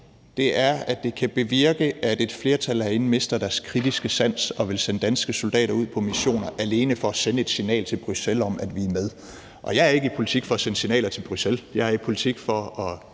er, at det kan bevirke, at et flertal herinde mister deres kritiske sans og vil sende danske soldater ud på missioner alene for at sende et signal til Bruxelles om, at vi er med. Jeg er ikke i politik for at sende signaler til Bruxelles – jeg er i politik for at